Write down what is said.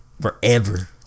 Forever